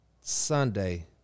Sunday